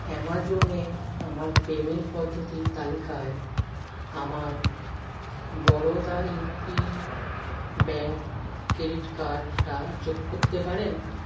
অ্যামাজনে আমার পেমেন্ট পদ্ধতির তালিকায় আমার Baroda U P bank credit কার্ডটা যোগ করতে পারেন